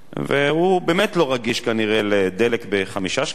והוא באמת לא רגיש כנראה לדלק ב-5 שקלים,